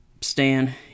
Stan